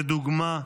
לדוגמה,